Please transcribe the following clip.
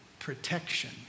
Protection